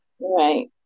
right